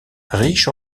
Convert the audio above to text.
riche